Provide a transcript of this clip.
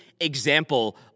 example